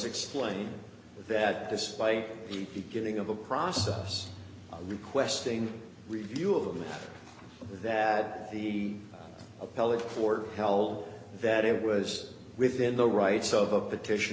explained that despite the beginning of a process requesting review of them that the appellate court held that it was within the rights of a petition